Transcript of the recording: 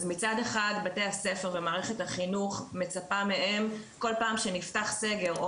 אז מצד אחד בתי הספר ומערכת החינוך מצפה מהם כל פעם שנפתח סגר או